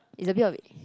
is a bit of